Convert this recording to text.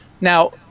now